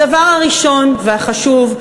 הדבר הראשון והחשוב,